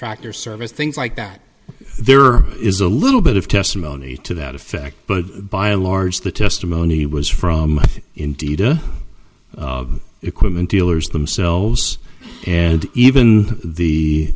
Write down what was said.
tractor service things like that there is a little bit of testimony to that effect but by and large the testimony was from indeed of equipment dealers themselves and even the